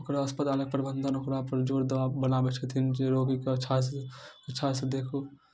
ओकरा अस्पताल प्रबन्धन ओकरापर जोर दबाव बनाबै छथिन जे रोगीके अच्छासँ अच्छासँ देखू